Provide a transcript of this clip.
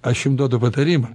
aš jum duodu patarimą